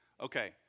Okay